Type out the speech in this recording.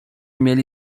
mieli